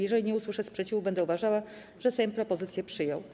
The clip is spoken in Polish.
Jeżeli nie usłyszę sprzeciwu, będę uważała, że Sejm propozycje przyjął.